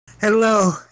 Hello